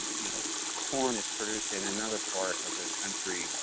you know corn is produced in another part of the country,